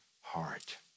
heart